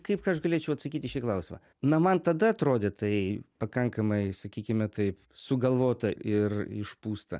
kaip aš galėčiau atsakyt į šį klausimą na man tada atrodė tai pakankamai sakykime taip sugalvota ir išpūsta